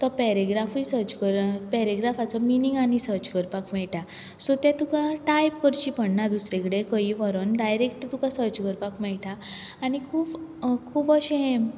तो पेरेग्राफय सर्च करून पेरेग्राफाचो मिनींग आनी सर्च करपाक मेळटा सो तें तुका टायप करचें पडना दुसरें कडेन खंय व्होरोन डायरेक्ट तुका सर्च करपाक मेळटा आनी खूब खूब अशें